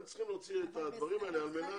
הם צריכים להוציא את הדברים האלה על מנת